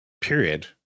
period